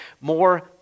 More